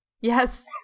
yes